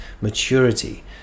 maturity